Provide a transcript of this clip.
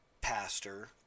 pastor